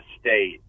state